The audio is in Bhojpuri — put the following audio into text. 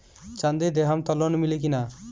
चाँदी देहम त लोन मिली की ना?